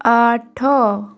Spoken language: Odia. ଆଠ